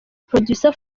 producer